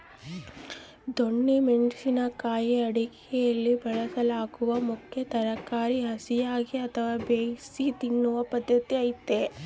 ದೊಣ್ಣೆ ಮೆಣಸಿನ ಕಾಯಿ ಅಡುಗೆಯಲ್ಲಿ ಬಳಸಲಾಗುವ ಮುಖ್ಯ ತರಕಾರಿ ಹಸಿಯಾಗಿ ಅಥವಾ ಬೇಯಿಸಿ ತಿನ್ನೂ ಪದ್ಧತಿ ಐತೆ